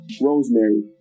rosemary